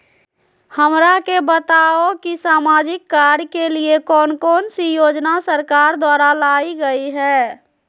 हमरा के बताओ कि सामाजिक कार्य के लिए कौन कौन सी योजना सरकार द्वारा लाई गई है?